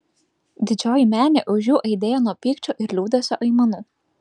didžioji menė už jų aidėjo nuo pykčio ir liūdesio aimanų